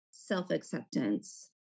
self-acceptance